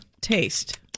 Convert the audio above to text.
taste